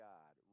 God